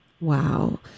Wow